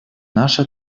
наши